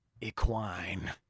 equine